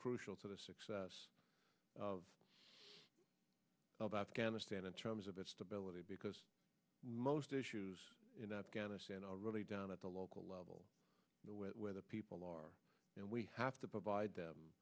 crucial to the success of of afghanistan in terms of its stability because most issues in afghanistan are really down at the local level with where the people are and we have to provide th